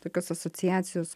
tokios asociacijos